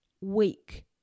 weak